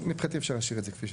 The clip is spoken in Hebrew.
מבחינתי אפשר להשאיר את זה כפי שזה.